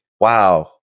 wow